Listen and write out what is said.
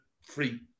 free